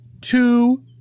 two